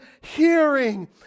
hearing